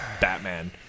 Batman